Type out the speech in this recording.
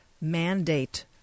mandate